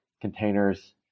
containers